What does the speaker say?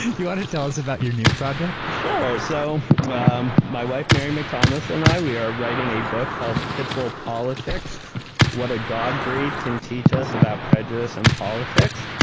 and tell us about your new project? sure. so um my wife, mary mcthomas and i, we are writing a book called pit bull politics what a dog breed can teach us about prejudice and politics.